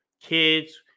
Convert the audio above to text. kids